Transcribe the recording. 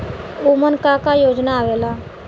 उमन का का योजना आवेला?